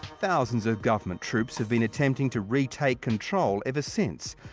thousands of government troops have been attempting to re-take control ever since.